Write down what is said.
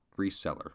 Reseller